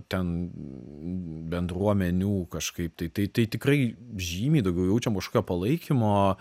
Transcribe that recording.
ten bendruomenių kažkaip tai tai tikrai žymiai daugiau jaučiam kažkokio palaikymo